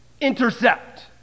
intercept